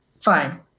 fine